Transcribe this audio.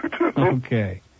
Okay